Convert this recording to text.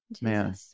Man